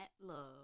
love